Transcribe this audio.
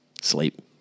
sleep